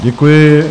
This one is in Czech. Děkuji.